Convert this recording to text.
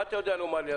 מה אתה יודע לומר לי?